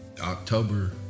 October